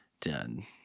Done